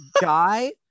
Guy